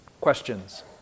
Questions